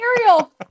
Ariel